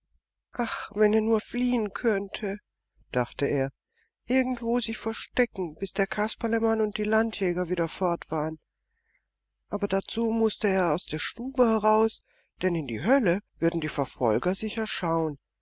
ach wenn er nur fliehen könnte dachte er irgendwo sich verstecken bis der kasperlemann und die landjäger wieder fort waren aber dazu mußte er zuerst aus der stube heraus denn in die hölle würden die verfolger sicher schauen